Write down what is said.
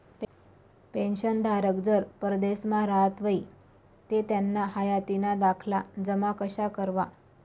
पेंशनधारक जर परदेसमा राहत व्हयी ते त्याना हायातीना दाखला जमा कशा करवा?